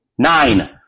Nine